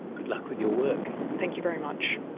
good luck with your work. thank you very much.